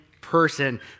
person